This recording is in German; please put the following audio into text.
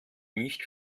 nicht